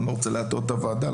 אני לא רוצה להטעות את הוועדה,